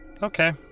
Okay